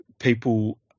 People